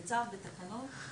נגיד בצו, בתקנות.